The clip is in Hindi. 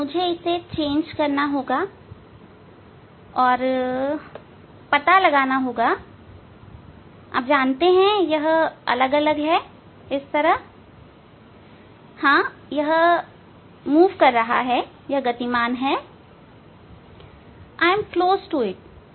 मुझे इसे बदलना होगा और पता लगाना होगा आप जानते हैं यह अलग अलग हैं हां यह गतिमान है